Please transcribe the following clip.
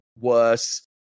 worse